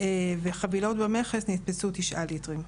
וחבילות במכס נתפסו תשעה ליטרים.